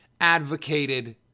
advocated